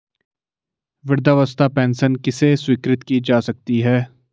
वृद्धावस्था पेंशन किसे स्वीकृत की जा सकती है?